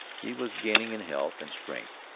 he was gaining in health and strength,